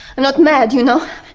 not mad you know.